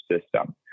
system